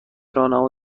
راهنما